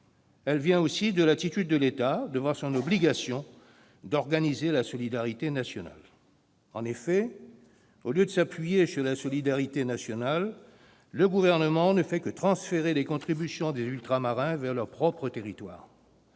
Elle vient aussi de l'attitude de l'État devant son obligation d'organiser la solidarité nationale. En effet, au lieu de s'appuyer sur la solidarité nationale, le Gouvernement ne fait que transférer les contributions des Ultramarins vers leur propre territoire.